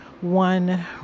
one